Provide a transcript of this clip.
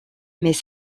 mais